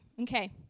Okay